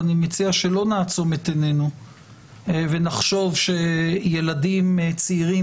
ואני מציע שלא נעצום את עינינו ונחשוב שילדים צעירים